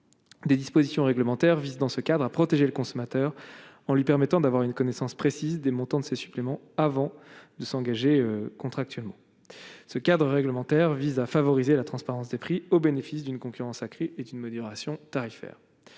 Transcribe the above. des dispositions réglementaires vice dans ce cadre à protéger le consommateur en lui permettant d'avoir une connaissance précise des montants de ces suppléments avant de s'engager contractuellement ce cadre réglementaire vise à favoriser la transparence des prix au bénéfice d'une concurrence accrue et d'une modération tarifaire,